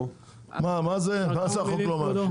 מה זה החוק לא מאפשר?